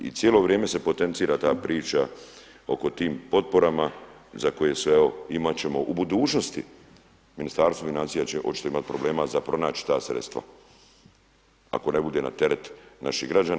I cijelo vrijeme se potencira ta priča oko tih potpora za koje evo imat ćemo u budućnosti Ministarstvo financija će očito imati problema za pronać ta sredstva, ako ne bude na teret naših građana.